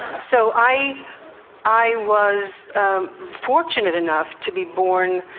so, i i was fortunate enough to be born